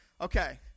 Okay